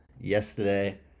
yesterday